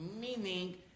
Meaning